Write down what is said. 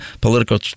Political